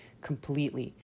completely